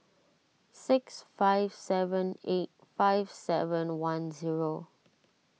six five seven eight five seven one zero